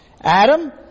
Adam